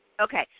Okay